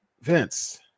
Vince